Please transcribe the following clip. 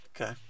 Okay